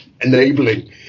enabling